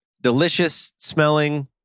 delicious-smelling